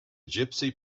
gypsy